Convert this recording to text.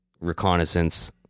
reconnaissance